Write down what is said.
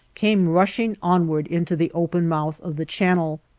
came rushing onwards into the open mouth of the channel,